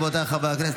רבותיי חברי הכנסת,